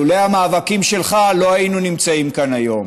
לולא המאבקים שלך לא היינו נמצאים כאן היום.